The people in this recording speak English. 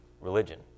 religion